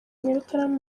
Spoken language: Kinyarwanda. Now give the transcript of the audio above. nyarutarama